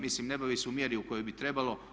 Mislim ne bavi se u mjeri u kojoj bi trebalo.